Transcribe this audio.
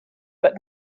but